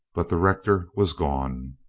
but the rector was gone.